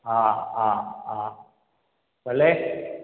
हा हा हा भले